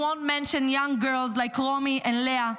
You won’t mention young girls like Romi and Leah,